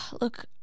look